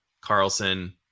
Carlson